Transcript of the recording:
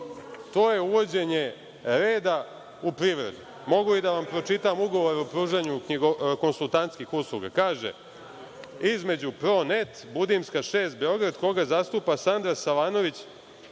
to je uvođenje reda u privredu. Mogu i da vam pročitam ugovor o pružanju konsultantskih usluga. Kaže – između „ProNET“ Budimska 6, Beograd koga zastupa Sandra Savanović